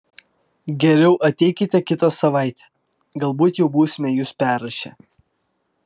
geriau ateikite kitą savaitę galbūt jau būsime jus perrašę